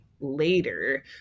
later